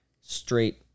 straight